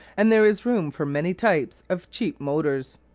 and there is room for many types of cheap motors.